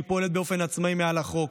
היא פועלת באופן עצמאי מעל החוק,